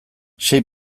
sei